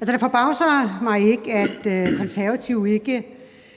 Altså, det forbavser mig ikke, at Konservative ikke